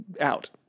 out